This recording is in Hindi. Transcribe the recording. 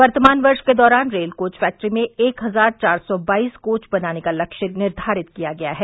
वर्तमान वर्ष के दौरान रेल कोच फैक्ट्री में एक हजार चार सौ बाईस कोच बनाने का लक्ष्य निर्घारित किया गया है